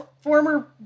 former